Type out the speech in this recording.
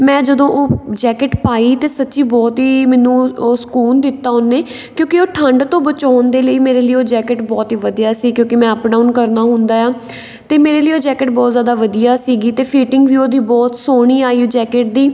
ਮੈਂ ਜਦੋਂ ਉਹ ਜੈਕਿਟ ਪਾਈ ਤਾਂ ਸੱਚੀ ਬਹੁਤ ਹੀ ਮੈਨੂੰ ਉਹ ਸਕੂਨ ਦਿੱਤਾ ਉਹਨੇ ਕਿਉਂਕਿ ਉਹ ਠੰਡ ਤੋਂ ਬਚਾਉਣ ਦੇ ਲਈ ਮੇਰੇ ਲਈ ਉਹ ਜੈਕਿਟ ਬਹੁਤ ਹੀ ਵਧੀਆ ਸੀ ਕਿਉਂਕਿ ਮੈਂ ਅਪ ਡਾਊਨ ਕਰਨਾ ਹੁੰਦਾ ਹੈ ਅਤੇ ਮੇਰੇ ਲਈ ਉਹ ਜੈਕਿਟ ਬਹੁਤ ਜ਼ਿਆਦਾ ਵਧੀਆ ਸੀਗੀ ਅਤੇ ਫਿਟਿੰਗ ਵੀ ਉਹਦੀ ਬਹੁਤ ਸੋਹਣੀ ਆਈ ਉਹ ਜੈਕਟ ਦੀ